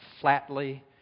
flatly